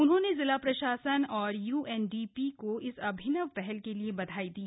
उन्होंने जिला प्रशासन और यूएनडीपी को इस अभिनव पहल के लिए बधाई दी